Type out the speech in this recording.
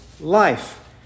life